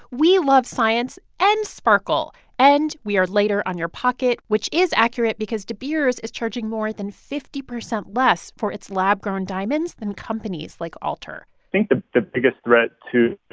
we love science and sparkle, and we are lighter on your pocket, which is accurate because de beers is charging more than fifty percent less for its lab-grown diamonds than companies like altr i think the the biggest threat to,